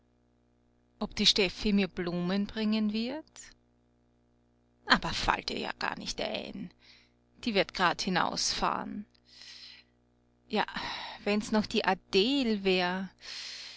ob die steffi mir blumen bringen wird aber fallt ihr ja gar nicht ein die wird grad hinausfahren ja wenn's noch die adel wär